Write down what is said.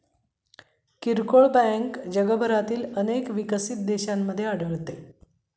किरकोळ बँक जगभरातील अनेक विकसित देशांमध्ये आढळते